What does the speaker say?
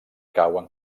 cauen